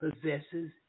possesses